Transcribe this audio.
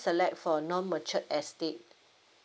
select for non matured estate